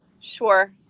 sure